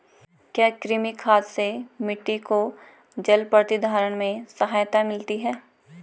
क्या कृमि खाद से मिट्टी को जल प्रतिधारण में सहायता मिलती है?